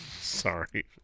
Sorry